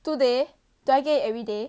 two day do I get it everyday